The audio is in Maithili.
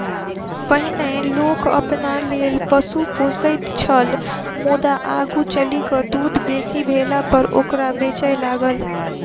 पहिनै लोक अपना लेल पशु पोसैत छल मुदा आगू चलि क दूध बेसी भेलापर ओकरा बेचय लागल